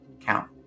count